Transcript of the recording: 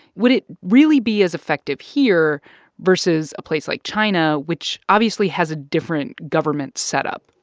would it really be as effective here versus a place like china, which, obviously, has a different government setup?